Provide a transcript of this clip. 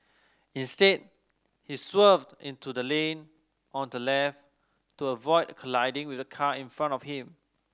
instead he swerved into the lane on the left to avoid colliding with the car in front of him